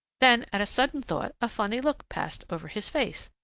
then at a sudden thought a funny look passed over his face.